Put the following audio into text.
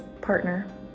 partner